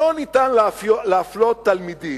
שלא ניתן להפלות תלמידים,